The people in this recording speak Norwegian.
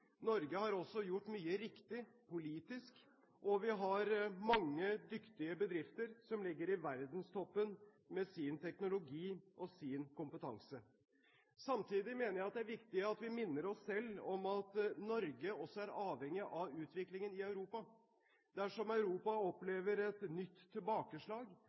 Norge har også gjort mye riktig politisk, og vi har mange dyktige bedrifter som ligger i verdenstoppen med sin teknologi og sin kompetanse. Samtidig mener jeg det er viktig at vi minner oss selv om at Norge også er avhengig av utviklingen i Europa. Dersom Europa opplever et nytt tilbakeslag,